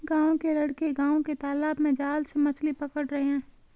गांव के लड़के गांव के तालाब में जाल से मछली पकड़ रहे हैं